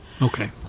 Okay